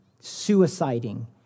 suiciding